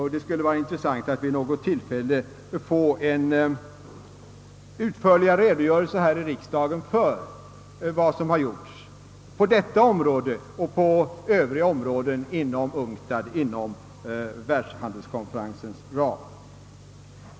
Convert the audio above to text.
Det skulle vara intressant att vid något tillfälle få en utförligare redogörelse här i riksdagen för vad som har gjorts på detta område och på övriga områden inom världshandelskonferensens ram.